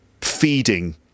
feeding